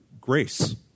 grace